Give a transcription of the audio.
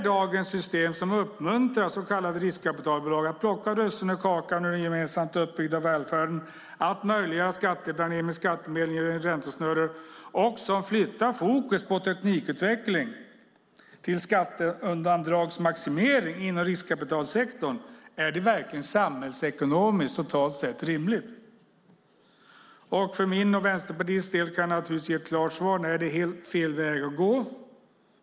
Dagens system uppmuntrar så kallade riskkapitalbolag att plocka russinen ur kakan ur den gemensamt uppbyggda välfärden, möjliggör skatteplanering med skattemedel i räntesnurror och flyttar fokus från teknikutveckling till skatteundandragsmaximering inom riskkapitalsektorn. Är det verkligen totalt sett samhällsekonomiskt rimligt? För min och Vänsterpartiets del kan jag naturligtvis ge ett klart svar: Nej, det är helt fel väg att gå.